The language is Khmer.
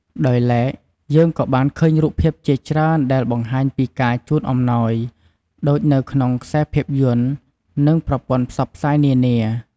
ដោយឡែក យើងក៏បានឃើញរូបភាពជាច្រើនដែលបង្ហាញពីការជូនអំណោយ ដូចជានៅក្នុងខ្សែភាពយន្ត និង ប្រព័ន្ធផ្សព្វផ្សាយនានា។